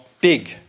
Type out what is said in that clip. big